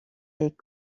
est